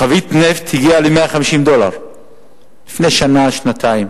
חבית נפט הגיעה ל-150 דולר לפני שנה-שנתיים,